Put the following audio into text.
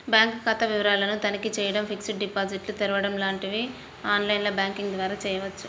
bank ఖాతా వివరాలను తనిఖీ చేయడం, ఫిక్స్డ్ డిపాజిట్లు తెరవడం లాంటివి ఆన్ లైన్ బ్యాంకింగ్ ద్వారా చేయవచ్చు